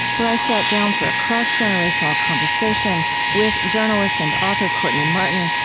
where i sat down for a cross-generational conversation with journalist and author courtney martin,